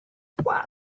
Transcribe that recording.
why